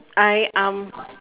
I um